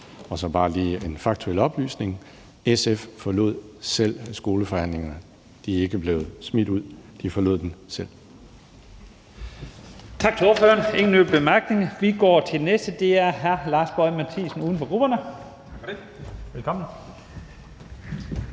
jeg bare lige en faktuel oplysning: SF forlod selv skoleforhandlingerne. De er ikke blevet smidt ud. De forlod dem selv.